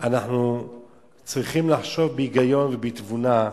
אנחנו צריכים לחשוב בהיגיון, בתבונה,